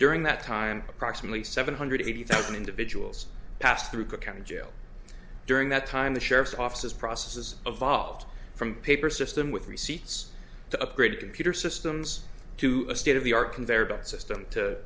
during that time approximately seven hundred eighty thousand individuals passed through cook county jail during that time the sheriff's offices processes of volved from paper system with receipts to upgrade computer systems to a state of the are conveyor belt system to